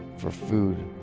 for food.